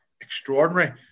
extraordinary